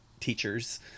teachers